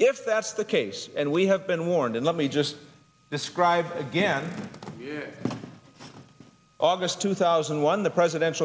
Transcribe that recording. if that's the case and we have been warned and let me just describe again august two thousand and one the presidential